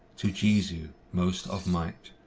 to jesu most of might,